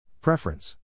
Preference